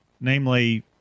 Namely